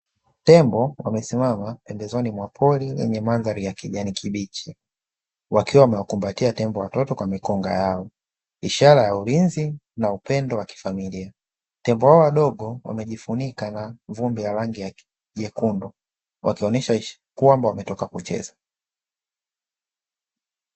Tembo wamesimama pembezoni mwa pori lenye mandhari ya kijani kibichi. Wakiwa wamewakumbatia tembo watoto kwa mikongo yao, ishara ya ulinzi na upendo wa kifamilia. Tembo hao wadogo, wamejifunika na vumbi ya rangi jekundu, wakionyesha kwamba wametoka kucheza.